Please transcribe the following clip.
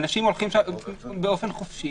אנשים הולכים שם באופן חופשי